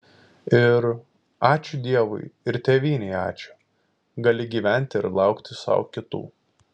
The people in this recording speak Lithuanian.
ir ačiū dievui ir tėvynei ačiū gali gyventi ir laukti sau kitų